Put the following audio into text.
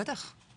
בטח.